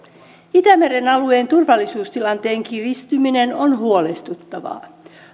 itämeren alueen turvallisuustilanteen kiristyminen on huolestuttavaa